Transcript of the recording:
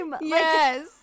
yes